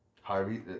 Harvey